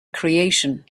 creation